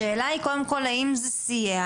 השאלה היא קודם כל האם זה סייע?